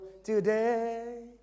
today